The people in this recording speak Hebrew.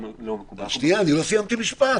לא מקובל --- לא סיימתי משפט,